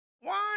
one